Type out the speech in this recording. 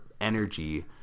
energy